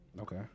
Okay